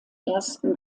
ersten